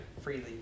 freely